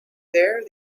there